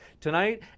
tonight